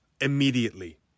immediately